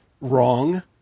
wrong